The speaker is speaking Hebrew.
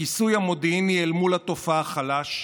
הכיסוי המודיעיני אל מול התופעה חלש,